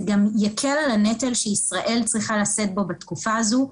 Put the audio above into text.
זה גם יקל על הנטל שישראל צריכה לשאת בו בתקופה הזו,